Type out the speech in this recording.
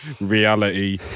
Reality